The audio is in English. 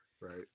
Right